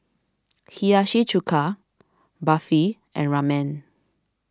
Hiyashi Chuka Barfi and Ramen